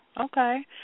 Okay